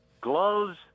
gloves